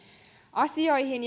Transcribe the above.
asioihin